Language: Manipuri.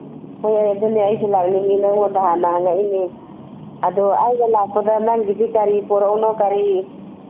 ꯍꯣꯏ ꯑꯗꯨꯅꯦ ꯑꯩꯁꯨ ꯂꯥꯛꯅꯤꯡꯉꯤ ꯅꯧꯉꯣꯟꯗ ꯍꯥꯟꯅ ꯍꯪꯉꯛꯏꯅꯤ ꯑꯗꯨ ꯑꯩꯅ ꯂꯥꯛꯄ ꯅꯪꯒꯤꯗꯤ ꯀꯔꯤ ꯄꯨꯔꯛꯎꯅꯣ ꯀꯔꯤ